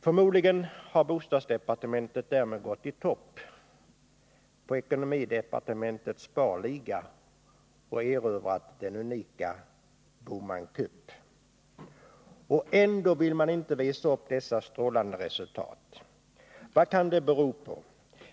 Förmodligen har bostadsdepartementet därmed gått upp i topp på ekonomidepartementets sparliga och erövrat den unika ”Bohman Cup”. Och ändå vill man inte visa upp dessa strålande resultat. Vad kan det bero på?